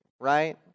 right